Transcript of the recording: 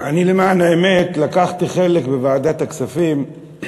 אני למען האמת לקחתי חלק בחלק מהדיונים